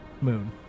moon